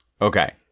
Okay